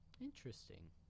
Interesting